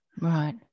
Right